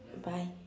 bye